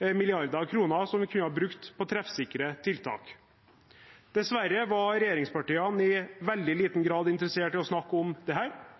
milliarder av kroner som vi kunne ha brukt på treffsikre tiltak. Dessverre var regjeringspartiene i veldig liten grad interessert i å snakke om dette. Konsekvensen av det